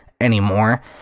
anymore